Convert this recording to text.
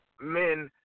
men